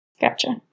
Gotcha